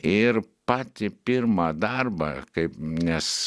ir patį pirmą darbą kaip nes